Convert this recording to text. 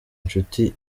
nshuti